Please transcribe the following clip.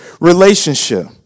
relationship